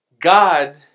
God